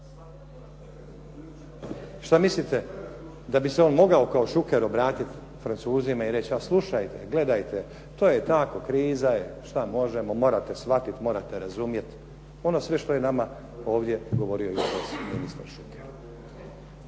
Što mislite da bi se on mogao kao Šuker obratiti Francuzima i reći a slušajte, gledajte. To je tako, kriza je, što možemo, morate shvatiti, morate razumjeti. Ono sve što je nama ovdje govorio ministar Šuker.